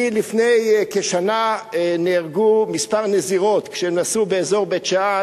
לפני כשנה נהרגו כמה נזירות כשנסעו באזור בית-שאן.